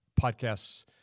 podcasts